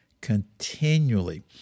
continually